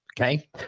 okay